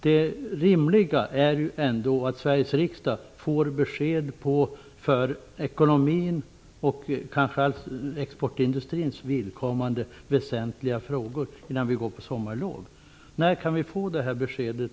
Det rimliga är att Sveriges riksdag får besked i för ekonomins och framför allt för exportindustrins vidkommande väsentliga frågor innan vi går på sommarlov. När kan vi få detta besked?